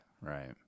Right